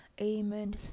Amen